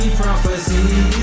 prophecy